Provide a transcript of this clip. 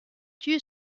tue